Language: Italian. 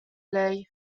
lei